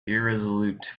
irresolute